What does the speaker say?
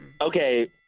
Okay